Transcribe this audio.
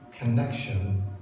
connection